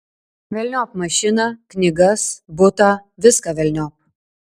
velniop mašiną knygas butą viską velniop